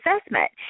assessment